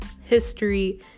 history